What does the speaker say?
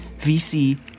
VC